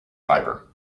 fibre